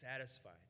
satisfied